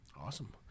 Awesome